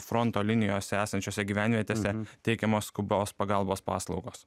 fronto linijose esančiose gyvenvietėse teikiamos skubios pagalbos paslaugos